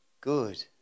good